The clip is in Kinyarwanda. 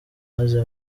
maze